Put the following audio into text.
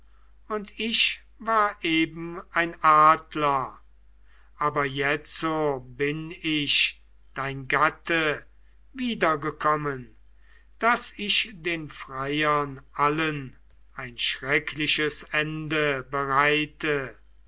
und ich war eben ein adler aber jetzo bin ich dein gatte wiedergekommen daß ich den freiern allen ein schreckliches ende bereite